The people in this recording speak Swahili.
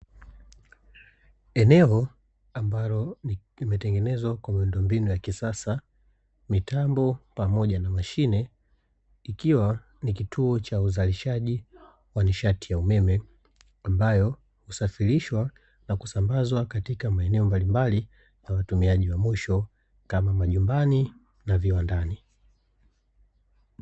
Eneo ambalo limetengenezwa kwa miundombinu ya kisasa, mitambo pamoja na mashine ikiwa ni kituo la uzalishaji wa nishati ya umeme ambayo husafirishwa na kusambazwa katika maeneo mbalimbali ya watumiaji wa mwisho kama majumbani na viwandani.